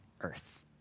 earth